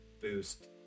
boost